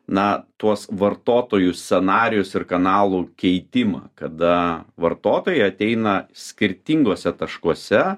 na tuos vartotojus scenarijus ir kanalų keitimą kada vartotojai ateina skirtinguose taškuose